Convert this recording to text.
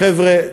חבר'ה צעירים,